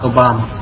Obama